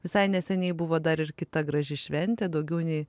visai neseniai buvo dar ir kita graži šventė daugiau nei